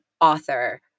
author